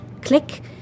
click